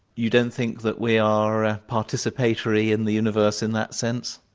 you don't think that we are participatory in the universe in that sense?